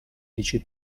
dici